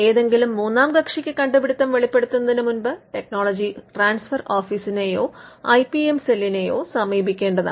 ഏതെങ്കിലും മൂന്നാം കക്ഷിക്ക് കണ്ടുപിടുത്തം വെളിപ്പെടുത്തുന്നതിന് മുമ്പ് ടെക്നോളജി ട്രാൻസ്ഫർ ഓഫീസിനെയോ ഐ പി എം സെല്ലിനെയോ സമീപിക്കേണ്ടതാണ്